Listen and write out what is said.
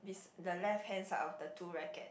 his the left hand side of the two racket